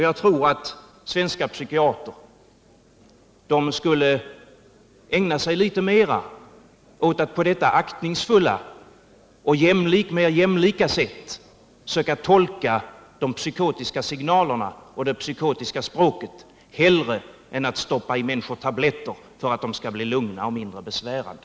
Jag tror att svenska psykiatrer borde ägna sig litet mera åt att på detta aktningsfulla och mer jämlika sätt söka tolka de psykotiska signalerna och det psykotiska språket hellre än att stoppa i människor tabletter för att de skall bli lugna och mindre besvärande.